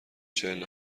چهل